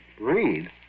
Read